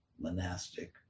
monastic